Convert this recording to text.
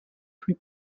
plus